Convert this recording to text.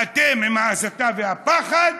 אתם עם ההסתה והפחד,